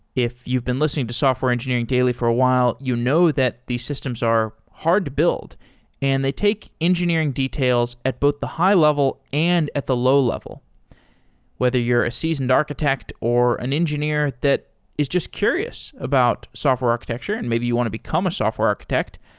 if you've been listening to software engineering daily for a while, you know that these systems are hard to build and they take engineering details at both the high-level and at the low-level. whether you're a seasoned architect or an engineer that is just curious about software architecture and maybe you want to become a software architect,